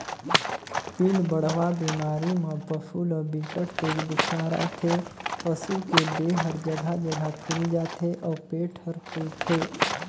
पिलबढ़वा बेमारी म पसू ल बिकट तेज बुखार आथे, पसू के देह हर जघा जघा फुईल जाथे अउ पेट हर फूलथे